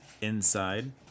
Inside